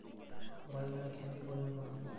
বাড়ি লোনে কিস্তির পরিমাণ কত?